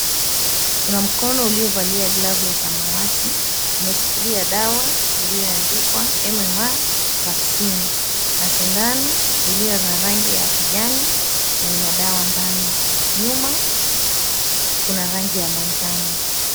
Kuna mkono uliovalia glavu ya samawati. Umeshikilia dawa ulioandikwa, MMR Vaccine, na sindano iliyo na rangi ya kijani na ina dawa ndani. Nyuma, kuna rangi ya manjano.